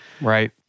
Right